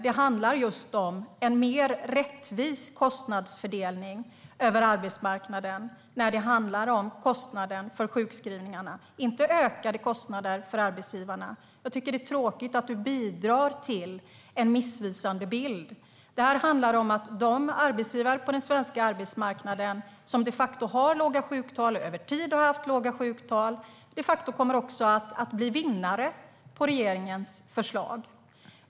Det handlar om en mer rättvis fördelning av kostnaderna för sjukskrivningarna över arbetsmarknaden, inte ökade kostnader för arbetsgivarna. Det är tråkigt att Mats Persson bidrar till en missvisande bild. Det här handlar om att de arbetsgivare på den svenska arbetsmarknaden som de facto har låga sjuktal, över tid har haft låga sjuktal, också kommer att bli vinnare på regeringens förslag.